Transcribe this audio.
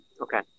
Okay